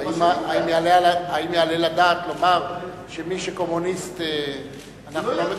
האם יעלה על הדעת לומר שמי שקומוניסט אנחנו לא,